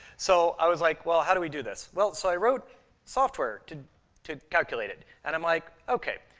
so i was like, well, how do we do this? well, so i wrote software to to calculate it, and i'm like, okay.